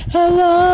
Hello